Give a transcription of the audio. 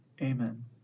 Amen